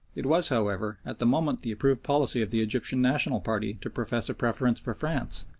it was, however, at the moment the approved policy of the egyptian national party to profess a preference for france,